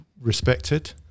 respected